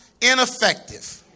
ineffective